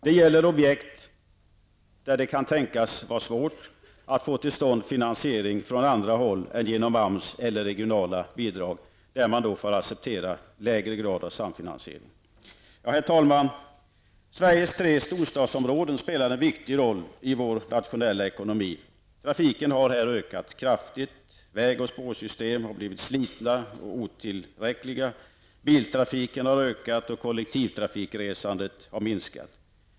Det gäller objekt där det kan tänkas vara svårt att få till stånd finansiering från andra håll än genom AMS eller regionala bidrag. Herr talman! Sveriges tre storstadsområden spelar en viktig roll i vår nationella ekonomi. Trafiken har här ökat kraftigt. Väg och spårsystem har blivit slitna och otillräckliga. Biltrafiken har ökat och kollektivtrafikresandet har minskat.